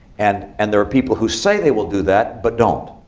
and and there are people who say they will do that, but don't.